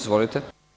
Izvolite.